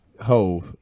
ho